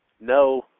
no